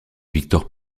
victor